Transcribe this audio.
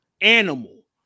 animal